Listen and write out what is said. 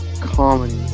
comedy